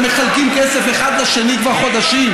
אתם מחלקים כסף אחד לשני כבר חודשים.